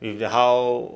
with the how